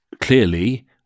clearly